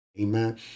Amen